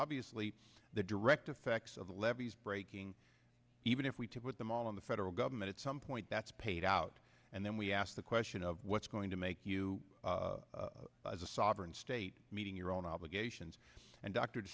obviously the direct effects of the levees breaking even if we to put them all in the federal government at some point that's paid out and then we ask the question of what's going to make you as a sovereign state meeting your own obligations and dr